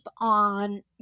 on